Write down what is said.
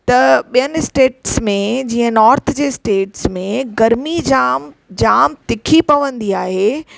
त ॿियनि स्टेट्स में जीअं नॉर्थ जे स्टेट्स में गर्मी जाम तिखी पवंदी आहे